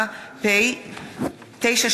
העונשין (תיקון,